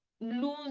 lose